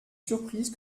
surprise